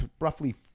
Roughly